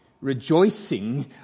rejoicing